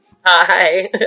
Hi